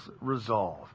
resolve